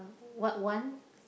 what one